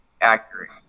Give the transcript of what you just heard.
accurate